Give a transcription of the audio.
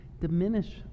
diminish